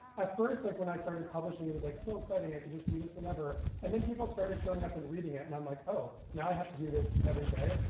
at first, like when i started publishing, it was like so exciting. i could just do this whenever. and then people started showing up and reading it. and i'm like, oh, now i have to do this every day,